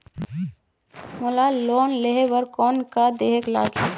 मोला लोन लेहे बर कौन का देहेक लगही?